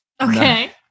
Okay